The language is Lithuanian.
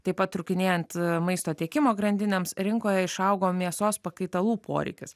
taip pat trūkinėjant maisto tiekimo grandinėms rinkoje išaugo mėsos pakaitalų poreikis